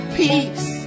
peace